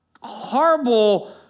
horrible